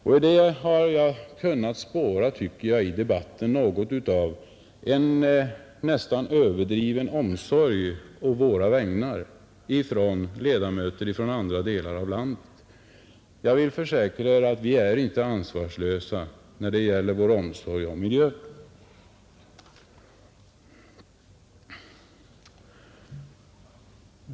Jag tycker att jag har kunnat spåra i debatten något av en nästan överdriven omsorg å våra vägnar ifrån ledamöter från andra delar av landet. Jag vill försäkra att vi inte är ansvarslösa när det gäller vår omsorg om miljön.